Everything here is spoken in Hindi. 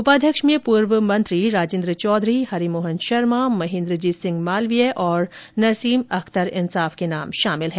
उपाध्यक्ष में पूर्व मंत्री राजेन्द्र चौधरी हरिमोहन शर्मा महेन्द्र जीत सिंह मालवीय और नसीम अख्तर इंसाफ के नाम शामिल हैं